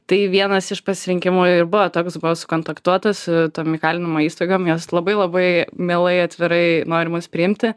tai vienas iš pasirinkimų ir buvo toks buvo sukontaktuota su tom įkalinimo įstaigom jos labai labai mielai atvirai nori mus priimti